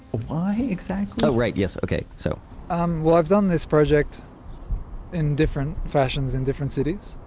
why exactly? oh, right. yes. okay. so um well, i've done this project in different fashions in different cities.